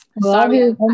Sorry